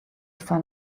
fan